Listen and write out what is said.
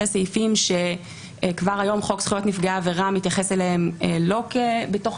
אלה הסעיפים שכבר היום חוק זכויות עבירה מתייחס אליהם לא כבתוך